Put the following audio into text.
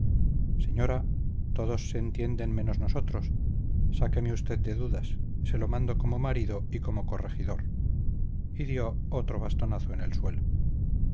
señora todos se entienden menos nosotros sáqueme usted de dudas se lo mando como marido y como corregidor y dio otro bastonazo en el suelo